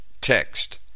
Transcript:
text